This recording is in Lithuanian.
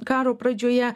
karo pradžioje